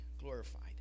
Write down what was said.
glorified